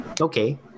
Okay